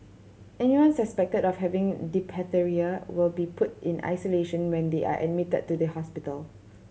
anyone suspected of having diphtheria will be put in isolation when they are admitted to the hospital